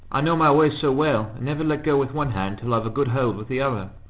i know my way so well, and never let go with one hand till i've a good hold with the other.